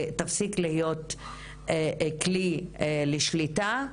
ותפסיק להיות כלי לשליטה,